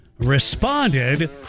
responded